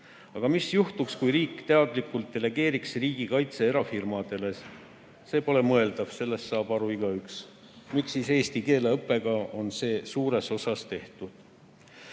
Aga mis juhtuks, kui riik teadlikult delegeeriks riigikaitse erafirmadele? See pole mõeldav, sellest saab igaüks aru. Aga miks siis eesti keele õppega on seda suures osas tehtud? Jätkan.